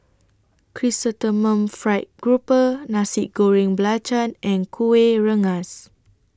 Chrysanthemum Fried Grouper Nasi Goreng Belacan and Kueh Rengas